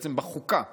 בעצם בחוקה שאין,